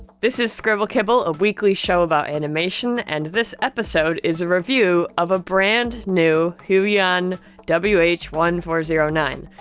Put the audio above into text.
this is scribble kibble, a weekly show about animation, and this episode is a review of a brand new huion w h one four zero nine,